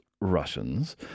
Russians